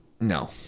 No